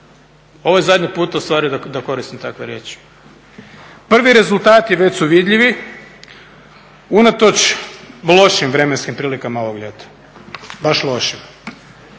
Ovo je zadnji puta ustvari da koristim takve riječi. Prvi rezultati već su vidljivi, unatoč lošim vremenskim prilikama ovog ljeta, baš lošim.